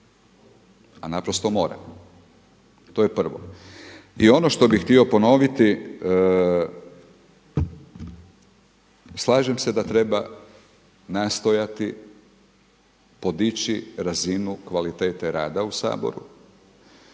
A naprosto moram. To je prvo. I ono što bih htio ponoviti, slažem se da treba nastojati podići razinu kvalitete rada u Saboru,